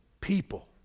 people